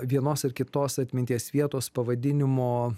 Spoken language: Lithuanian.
vienos ar kitos atminties vietos pavadinimo